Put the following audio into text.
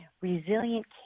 Resilient